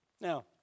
Now